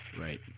Right